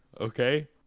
okay